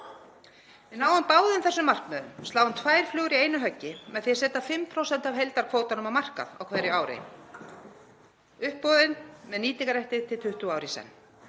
Við náum báðum þessum markmiðum og sláum tvær flugur í einu höggi með því að setja 5% af heildarkvótanum á markað á hverju ári, boðinn upp með nýtingarrétti til 20 ára í senn.